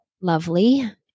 lovely